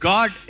God